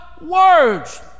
Words